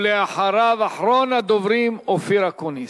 אחריו, אחרון הדוברים, חבר הכנסת אופיר אקוניס.